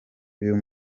uyu